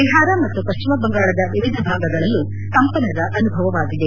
ಬಿಹಾರ ಮತ್ತು ಪಶ್ಲಿಮ ಬಂಗಾಳದ ವಿವಿಧ ಭಾಗಗಳಲ್ಲೂ ಕಂಪನದ ಅನುಭವವಾಗಿದೆ